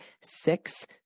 six